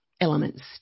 elements